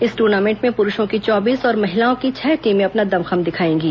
इस टूर्नामेंट में पुरुषों की चौबीस और महिलाओं की छह टीमें अपना दमखम दिखाएंगी